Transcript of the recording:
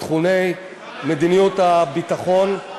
בתחומי מדיניות הביטחון.